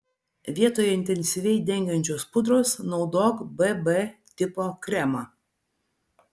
vietoje intensyviai dengiančios pudros naudok bb tipo kremą